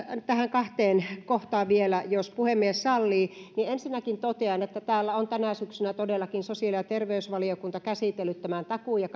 kahteen kohtaan vielä jos puhemies sallii ensinnäkin totean että täällä on tänä syksynä todellakin sosiaali ja terveysvaliokunta käsitellyt tämän takuu ja